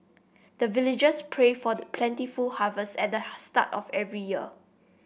the villagers pray for plentiful harvest at the start of every year